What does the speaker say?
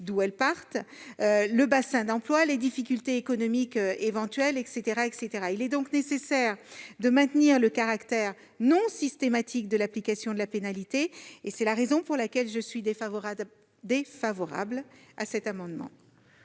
de parité, du bassin d'emploi, des difficultés économiques éventuelles, etc. Il est donc nécessaire de maintenir le caractère non systématique de l'application de la pénalité. C'est la raison pour laquelle je suis défavorable à cet amendement.